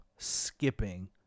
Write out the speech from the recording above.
skipping